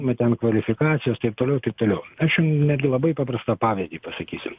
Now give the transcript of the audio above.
nu ten kvalifikacijos taip toliau taip toliau aš jum netgi labai paprastą pavyzdį pasakysiu